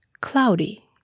Cloudy